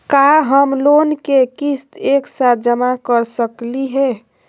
का हम लोन के किस्त एक साथ जमा कर सकली हे?